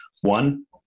One